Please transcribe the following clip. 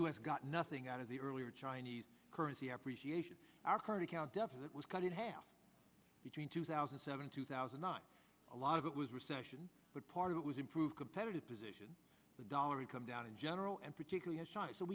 us got nothing out of the earlier chinese currency appreciation our current account deficit was cut in half between two thousand and seven two thousand not a lot of it was recession but part of it was improved competitive position the dollar income down in general and particularly so